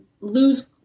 lose